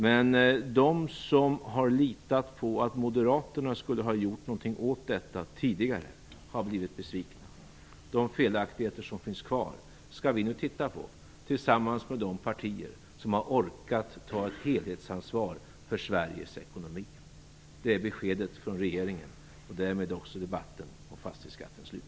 Men de som har litat på att Moderaterna skulle göra någonting åt detta tidigare, har blivit besvikna. De felaktigheter som finns kvar skall vi nu titta på tillsammans med de partier som har orkat ta ett helhetsansvar för Sveriges ekonomi. Det är beskedet från regeringen, och därmed är debatten om fastighetsskatten slut.